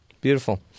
Beautiful